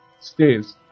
stairs